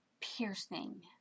piercing